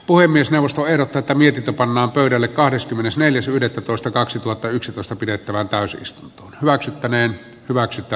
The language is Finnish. puhemiesneuvosto ei tätä virka pannaan pöydälle kahdeskymmenesneljäs yhdettätoista kaksituhattayksitoista pidettävä pääsystä maksettaneen hyväksytty